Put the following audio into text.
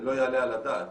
זה לא יעלה על הדעת.